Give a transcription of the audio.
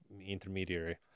intermediary